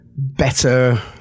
better